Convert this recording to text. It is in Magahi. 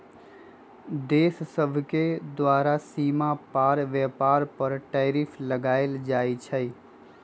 देश सभके द्वारा सीमा पार व्यापार पर टैरिफ लगायल जाइ छइ